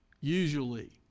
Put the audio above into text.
Usually